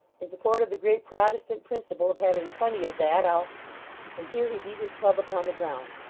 in support of the great protestant principle of having plenty of that, i'll and here he beat his club upon the ground,